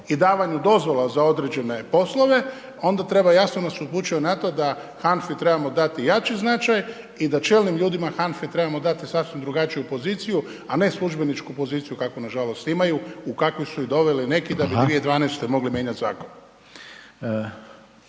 i davanju dozvola za određene poslove, onda treba jasno nas upućuje na to da HANFA-i treba dati jači značaj i da čelnim ljudima HANFA-e trebamo dati sasvim drugačiju poziciju, a ne službeničku poziciju kakvu nažalost imaju, u kakvu su ih doveli neki .../Upadica: Hvala./... da bi 2012. mogli mijenjati zakon.